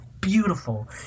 beautiful